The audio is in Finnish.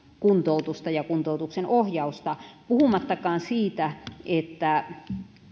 kuntoutusta ja kuntoutuksen ohjausta puhumattakaan siitä että